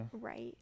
Right